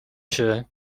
się